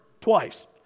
twice